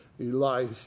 Elijah